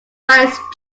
vice